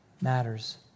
matters